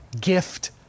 gift